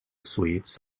suites